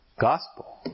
gospel